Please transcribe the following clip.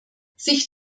sich